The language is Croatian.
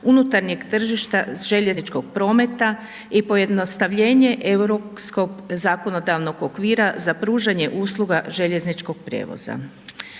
unutarnjeg tržišta željezničkog prometa i pojednostavljenje europskog zakonodavnog okvira, za pružanje usluga željezničkog prijevoza.